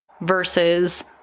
versus